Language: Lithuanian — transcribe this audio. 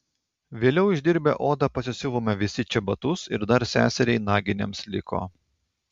vėliau išdirbę odą pasisiuvome visi čebatus ir dar seseriai naginėms liko